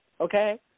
okay